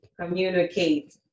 communicate